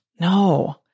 No